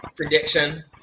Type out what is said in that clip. Prediction